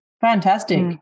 Fantastic